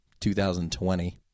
2020